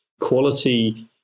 quality